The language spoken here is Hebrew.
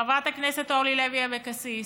חברת הכנסת אורלי לוי אבקסיס,